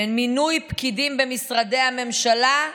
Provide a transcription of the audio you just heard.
במינוי פקידים במשרדי הממשלה,